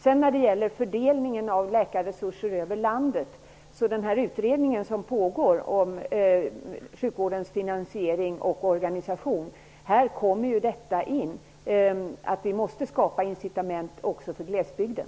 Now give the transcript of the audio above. Frågan om fördelningen av läkarresurser över landet kommer in i den utredning som pågår om sjukvårdens finansiering och organisation. Vi måste skapa incitament för läkare att etablera sig också i glesbygden.